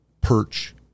perch